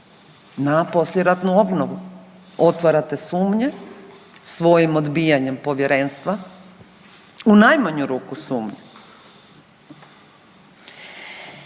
na poslijeratnu obnovu. Otvarate sumnje svojim odbijanjem Povjerenstva u najmanju ruku sumnje.